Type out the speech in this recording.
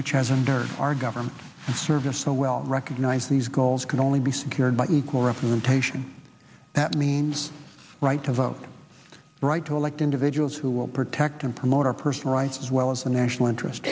which has under our government service so well recognized these goals can only be secured by equal representation that means right to vote right to elect individuals who will protect and promote our personal rights as well as the national interest